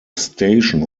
station